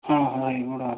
ହଁ ହଁ ଏଇଗୁଡ଼ା